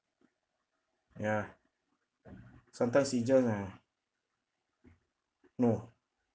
ya sometimes you just ah no